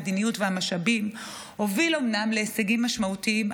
המדיניות והמשאבים הוביל אומנם להישגים משמעותיים,